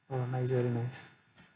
oh nice very nice